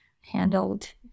handled